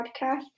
podcast